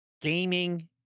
Gaming